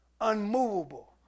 unmovable